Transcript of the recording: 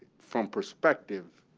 from perspective,